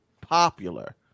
popular